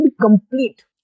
complete